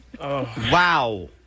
Wow